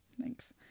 Thanks